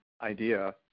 idea